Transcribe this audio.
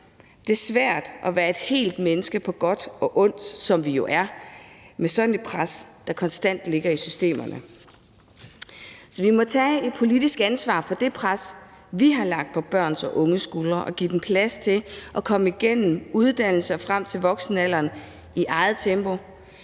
Det er svært at være et helt menneske på godt og ondt, som vi jo er, med sådan et pres, der konstant ligger i systemerne. Så vi må tage politisk ansvar for det pres, vi har lagt på børn og unges skuldre, og give dem plads til at komme igennem uddannelsen og frem til voksenalderen i deres eget tempo.